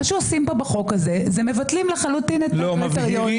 מה שעושים פה בחוק הזה זה מבטלים לחלוטין את הקריטריונים.